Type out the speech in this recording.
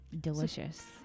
delicious